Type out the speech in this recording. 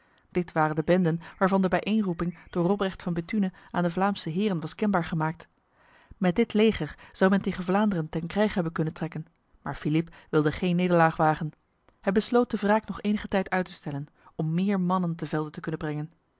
dit waren de benden waarvan de bijeenroeping door robrecht van bethune aan de vlaamse heren was kenbaar gemaakt met dit leger zou men tegen vlaanderen ten krijg hebben kunnen trekken maar philippe wilde geen nederlaag wagen hij besloot de wraak nog enige tijd uit te stellen om meer mannen te velde te kunnen brengen